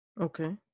okay